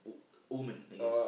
wo~ woman I guess